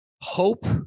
Hope